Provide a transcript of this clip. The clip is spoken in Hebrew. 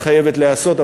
שחייבת להיעשות,